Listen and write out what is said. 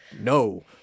no